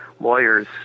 lawyers